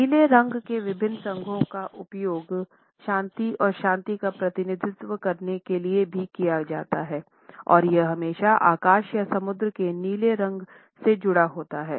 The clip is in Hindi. नीले रंग के विभिन्न संघों का उपयोग शांति और शांति का प्रतिनिधित्व करने के लिए भी किया गया है और यह हमेशा आकाश या समुद्र के नीले रंग से जुड़ा होता है